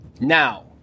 Now